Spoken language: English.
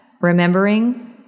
remembering